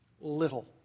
Little